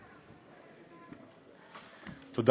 תודה.